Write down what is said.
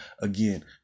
Again